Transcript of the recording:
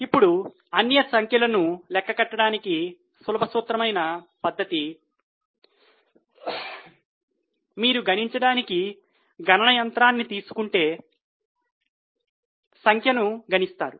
ఇప్పుడు అన్ని సంఖ్యలను లెక్క కట్టడానికి సులభ సూత్రమైన పద్ధతి మీరు గణించడానికి గణన యంత్రాన్ని తీసుకుంటే సంఖ్యను గణిస్తారు